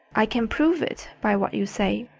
i can prove it by what you say.